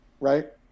right